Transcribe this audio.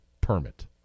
permit